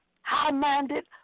high-minded